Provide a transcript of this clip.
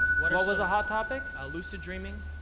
what what was a hot topic? lucid dreaming.